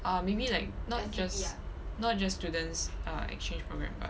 err maybe like not just not just students err exchange program but